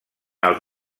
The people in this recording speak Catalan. els